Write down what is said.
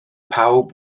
pawb